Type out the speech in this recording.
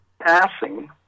passing